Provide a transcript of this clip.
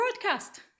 broadcast